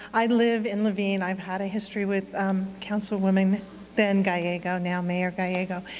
i live in laveen, i've had a history with um councilwoman then gallego, now mayor gallego,